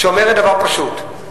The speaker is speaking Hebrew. שאומרת דבר פשוט,